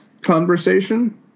conversation